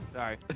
Sorry